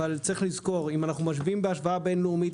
אבל צריך לזכור שאם אנחנו עושים השוואה בין-לאומית,